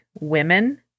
women